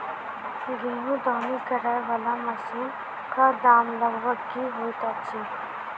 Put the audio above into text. गेंहूँ दौनी करै वला मशीन कऽ दाम लगभग की होइत अछि?